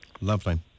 Lovely